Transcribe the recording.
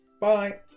Bye